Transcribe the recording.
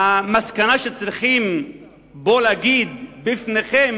המסקנה שצריכים להגיד פה, בפניכם,